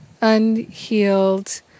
unhealed